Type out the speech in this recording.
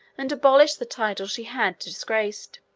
and abolished the title she had disgraced.